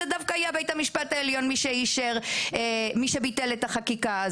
וזה היה דווקא בית המשפט העליון זה שביטל את החקיקה.